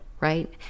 Right